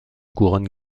couronne